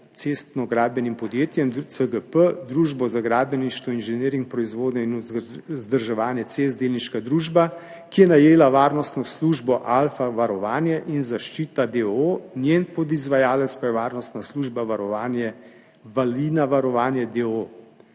cestno-gradbenim podjetjem CGP, družbo za gradbeništvo, inženiring, proizvodnjo in vzdrževanje cest, delniška družba, ki je najela varnostno službo Alfa varovanje in zaščita d. o. o., njen podizvajalec pa je varnostna služba Valina varovanje d.